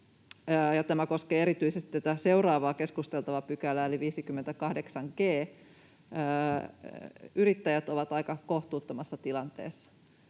tämä koskee erityisesti tätä seuraavaa keskusteltavaa eli 58 g §:ää — yrittäjät ovat aika kohtuuttomassa tilanteessa.